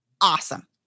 Awesome